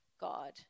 God